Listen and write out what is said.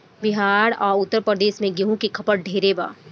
बिहार आ उत्तर प्रदेश मे गेंहू के खपत ढेरे बा